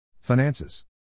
Finances